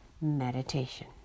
Meditation